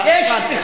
אה, הבנתי.